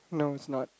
no is not